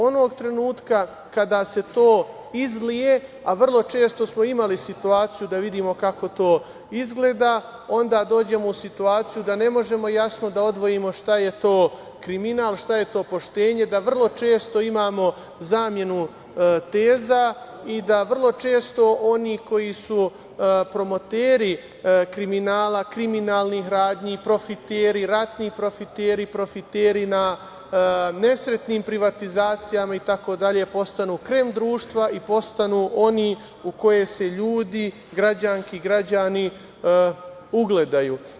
Onog trenutka kada se to izlije, a vrlo često smo imali situaciju da vidimo kako to izgleda, onda dođemo u situaciju da ne možemo jasno da odvojimo šta je to kriminal, šta je to poštenje, da vrlo često imamo zamenu teza i da vrlo često oni koji su promoteri kriminala, kriminalnih radnji, profiteri, ratni profiteri, profiteri na nesretnim privatizacijama itd. postanu krem društva i postanu oni u koje se ljudi, građanke i građani ugledaju.